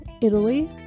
Italy